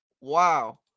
Wow